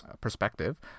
perspective